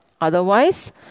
Otherwise